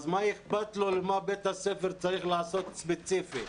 אז מה אכפת לו מה בית הספר צריך לעשות ספציפית?